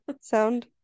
sound